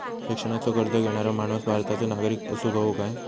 शिक्षणाचो कर्ज घेणारो माणूस भारताचो नागरिक असूक हवो काय?